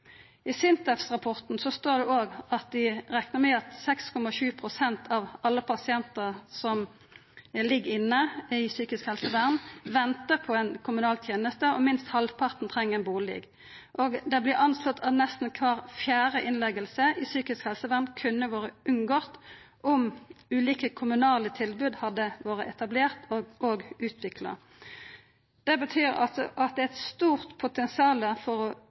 I SINTEF-rapporten står det òg at dei reknar med at 6,7 pst. av alle pasientar som ligg inne i psykisk helsevern, ventar på ei kommunal teneste, og at minst halvparten treng ein bustad. Det blir anslått at nesten kvar fjerde innlegging i psykisk helsevern kunne vore unngått om ulike kommunale tilbod hadde vore etablerte og utvikla. Det betyr at det er eit stort potensial for å